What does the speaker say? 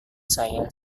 saya